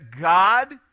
God